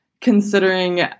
considering –